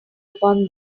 upon